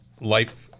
life-